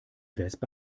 wespe